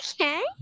Okay